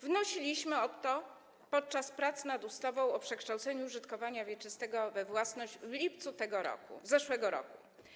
Wnosiliśmy o to podczas prac nad ustawą o przekształceniu użytkowania wieczystego we własność w lipcu zeszłego roku.